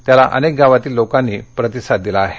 त्याला अनेक गावातील लोकांनी प्रतिसाद दिला आहे